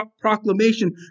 proclamation